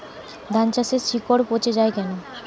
ধানগাছের শিকড় পচে য়ায় কেন?